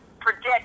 predict